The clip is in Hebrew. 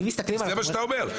זה מה שאתה אומר.